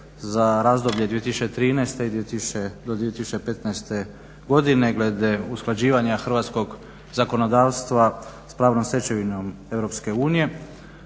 za razdoblje od 2013. do 2015. godine glede usklađivanja hrvatskog zakonodavstva s pravnom stečevinom EU,